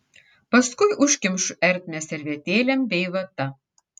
paskui užkemšu ertmę servetėlėm bei vata